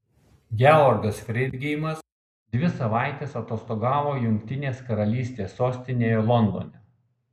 georgas freidgeimas dvi savaites atostogavo jungtinės karalystės sostinėje londone